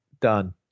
done